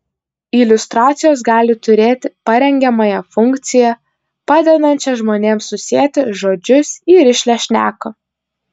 iliustracijos gali turėti parengiamąją funkciją padedančią žmonėms susieti žodžius į rišlią šneką